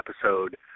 episode